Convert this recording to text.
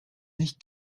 nicht